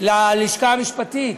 ללשכה המשפטית,